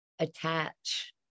attach